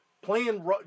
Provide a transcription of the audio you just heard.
Playing